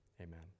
amen